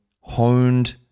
honed